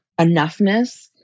enoughness